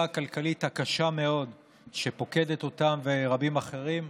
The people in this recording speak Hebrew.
הכלכלית הקשה מאוד שפוקדת אותם ורבים אחרים,